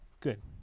Good